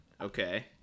Okay